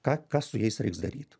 ką ką su jais reiks daryt